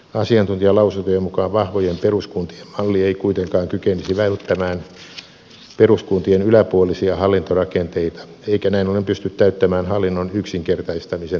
asiantuntijalausuntojen mukaan vahvojen peruskuntien malli ei kuitenkaan kykenisi välttämään peruskuntien yläpuolisia hallintorakenteita eikä näin ollen pysty täyttämään hallinnon yksinkertaistamisen tavoitetta